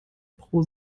pro